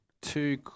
two